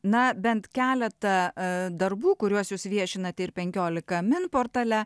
na bent keletą darbų kuriuos jūs viešinate ir penkiolika min portale